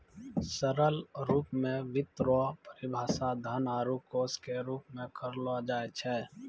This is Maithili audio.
सरल रूप मे वित्त रो परिभाषा धन आरू कोश के रूप मे करलो जाय छै